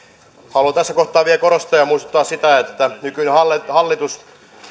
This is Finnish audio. haluan tässä kohtaa vielä korostaa ja muistuttaa että nykyinen hallitus